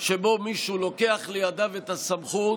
שבו מישהו לוקח לידיו את הסמכות,